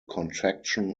contraction